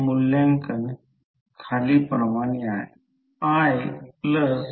म्हणून पाथ 1 साठी reluctance R1 L1 Aµ0µr दिला आहे आणि A देखील माहित आहे